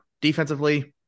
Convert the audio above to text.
defensively